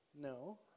No